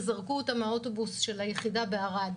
אז זרקו אותה מהאוטובוס של היחידה בערד,